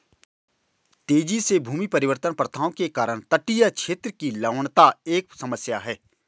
तेजी से भूमि परिवर्तन प्रथाओं के कारण तटीय क्षेत्र की लवणता एक समस्या है